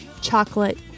Chocolate